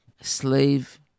slave